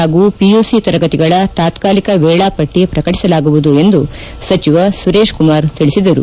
ಹಾಗೂ ಪಿಯುಸಿ ತಾತ್ಕಾಲಿಕ ವೇಳಾಪಟ್ಟ ಪ್ರಕಟಿಸಲಾಗುವುದು ಎಂದು ಸಚಿವ ಸುರೇಶಕುಮಾರ್ ತಿಳಿಸಿದರು